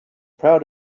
proud